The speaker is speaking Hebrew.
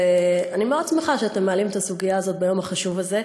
ואני מאוד שמחה שאתם מעלים את הסוגיה הזו ביום החשוב הזה.